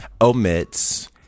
omits